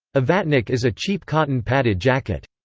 a vatnik is a cheap cotton-padded jacket.